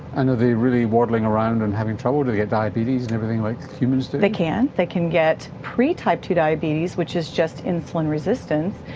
and are they really waddling around and having trouble, do they get diabetes and everything like humans do? they can. they can get pre-type two diabetes, which is just insulin resistance,